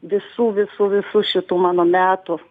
visų visų visų šitų mano metų